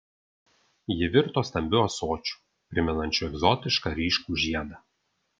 ji virto stambiu ąsočiu primenančiu egzotišką ryškų žiedą